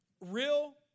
Real